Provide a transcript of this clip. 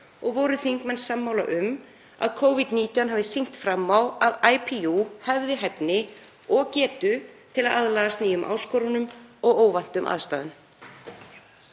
og voru þingmenn sammála um að Covid-19 hafi sýnt fram á að IPU hefði hæfni og getu til að aðlagast nýjum áskorunum og óvæntum aðstæðum.